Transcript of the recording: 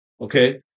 okay